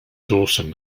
dawson